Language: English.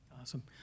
Awesome